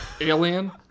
alien